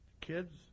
Kids